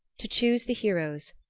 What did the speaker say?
to choose the heroes,